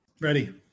Ready